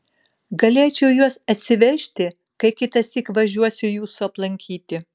galėčiau juos atsivežti kai kitąsyk važiuosiu jūsų aplankyti